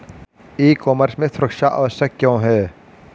ई commerce में सुरक्षा आवश्यक क्यों है?